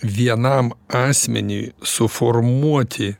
vienam asmeniui suformuoti